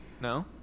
No